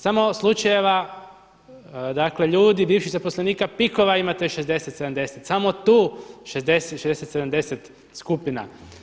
Samo od slučajeva dakle ljudi bivših zaposlenika PIK-ova imate 60, 70, samo tu 60, 70 skupina.